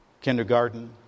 Kindergarten